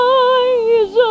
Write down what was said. eyes